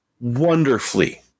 wonderfully